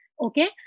Okay